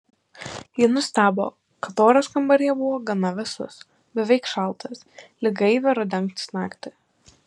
ji nustebo kad oras kambaryje buvo gana vėsus beveik šaltas lyg gaivią rudens naktį